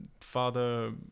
father